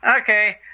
Okay